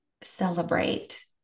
celebrate